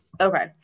okay